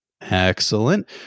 Excellent